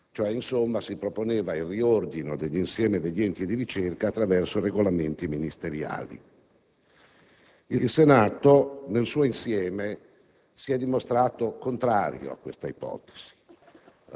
sostanza, si proponeva il riordino dell'insieme degli enti di ricerca attraverso regolamenti ministeriali. Il Senato, nel suo insieme, si è dimostrato contrario a tale ipotesi;